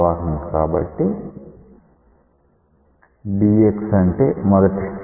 కాబట్టి dx అంటే మొదటి స్ట్రీమ్ లైన్